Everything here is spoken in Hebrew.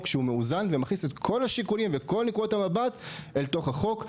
שהוא מאוזן ומכניס את כל השיקולים וכל נקודת המבט אל תוך החוק.